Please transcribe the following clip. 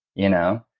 you know?